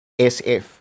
SF